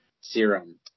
serum